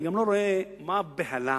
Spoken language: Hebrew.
אני גם לא רואה מה הבהלה